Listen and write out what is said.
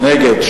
נגד,